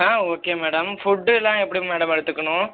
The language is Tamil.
ஆ ஓகே மேடம் ஃபுட்டுலாம் எப்படி மேடம் எடுத்துக்கணும்